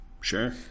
Sure